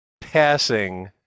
passing